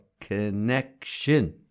connection